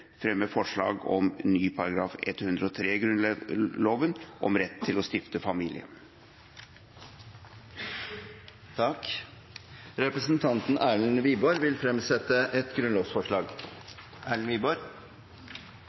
forslag om ny § 103, om rett til å stifte familie mv. Representanten Erlend Wiborg vil fremsette et grunnlovsforslag.